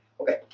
Okay